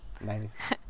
Nice